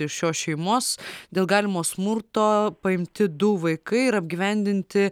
iš šios šeimos dėl galimo smurto paimti du vaikai ir apgyvendinti